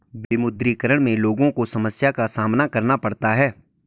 विमुद्रीकरण में लोगो को समस्या का सामना करना पड़ता है